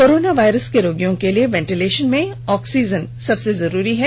corona virus के रोगियों के लिए वेंटीलेशन में ऑक्सीजन सबसे जरूरी है